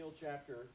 chapter